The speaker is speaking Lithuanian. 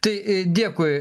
tai dėkui